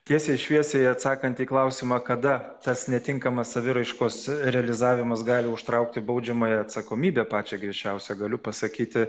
tiesiai šviesiai atsakant į klausimą kada tas netinkamas saviraiškos realizavimas gali užtraukti baudžiamąją atsakomybę pačią griežčiausią galiu pasakyti